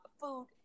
food